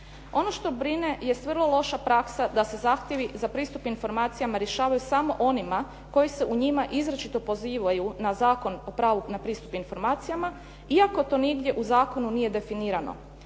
Ono što brine jest vrlo loša praksa da se zahtjevi za pristup informacijama rješavaju samo onima koji se u njima izričito pozivaju na Zakon o pravu na pristup informacijama iako to nigdje u zakonu nije definirano.